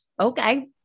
okay